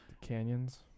Canyons